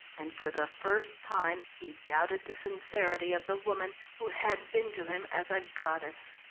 and for the first time he doubted the sincerity of the woman who had been to him as a goddess.